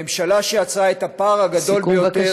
ממשלה שיצרה את הפער הגדול ביותר,